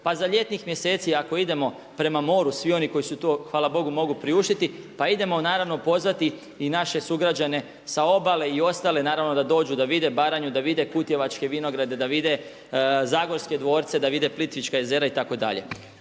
pa za ljetnih mjeseci ako idemo prema moru, svi oni koji si to hvala Bogu mogu priuštiti, pa idemo naravno pozvati i naše sugrađane sa obale i ostale naravno da dođu da vide Baranju, da vide kutjevačke vinograde, da vide zagorske dvorce, da vide Plitvička jezera itd.